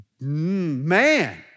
Man